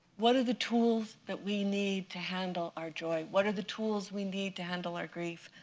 what are the tools that we need to handle our joy? what are the tools we need to handle our grief?